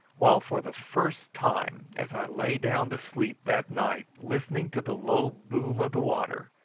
while for the first time, as i lay down to sleep that night listening to the low boom of the water,